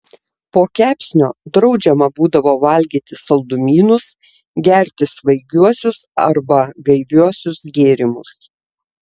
po kepsnio draudžiama būdavo valgyti saldumynus gerti svaigiuosius arba gaiviuosius gėrimus